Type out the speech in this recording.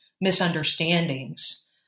misunderstandings